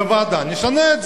ובוועדה נשנה את זה.